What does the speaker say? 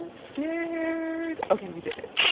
scared. okay, we did it